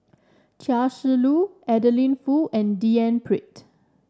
Chia Shi Lu Adeline Foo and D N Pritt